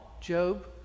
Job